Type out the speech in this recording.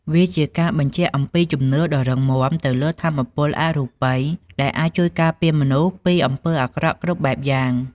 វាជាការបញ្ជាក់អំពីជំនឿដ៏រឹងមាំទៅលើថាមពលអរូបីដែលអាចជួយការពារមនុស្សពីអំពើអាក្រក់គ្រប់បែបយ៉ាង។